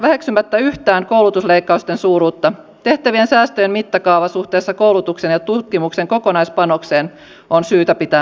väheksymättä yhtään koulutusleikkausten suuruutta on tehtävien säästöjen mittakaava suhteessa koulutuksen ja tutkimuksen kokonaispanokseen syytä pitää mielessä